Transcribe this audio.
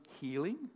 healing